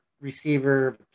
receiver